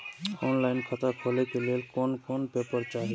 Online खाता खोले के लेल कोन कोन पेपर चाही?